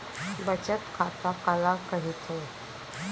बचत खाता काला कहिथे?